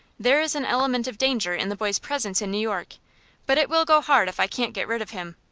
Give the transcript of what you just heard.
there is an element of danger in the boy's presence in new york but it will go hard if i can't get rid of him!